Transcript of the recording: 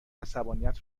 عصبانیت